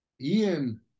Ian